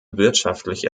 wirtschaftliche